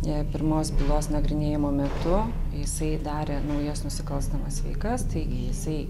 jei pirmos bylos nagrinėjimo metu jisai darė naujas nusikalstamas veikas taigi jisai